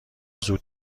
زود